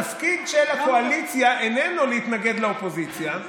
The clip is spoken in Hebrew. התפקיד של הקואליציה איננו להתנגד לאופוזיציה,